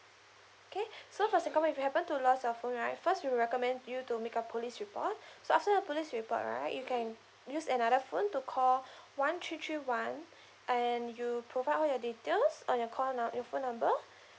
K so for singapore if you happen to lost your phone right first we'll recommend you to make a police report so after the police report right you can use another phone to call one three three one and you provide all your details on your call num~ your phone number